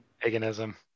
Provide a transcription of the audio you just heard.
Paganism